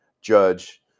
judge